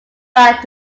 back